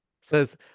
says